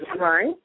Right